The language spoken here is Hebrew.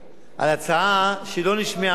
על הצעה שלא נשמעה פה,